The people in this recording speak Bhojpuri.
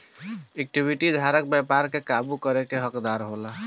इक्विटी धारक व्यापार के काबू करे के हकदार होला